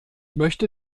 möchte